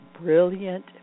brilliant